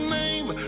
name